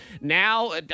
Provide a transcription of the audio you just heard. Now